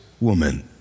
woman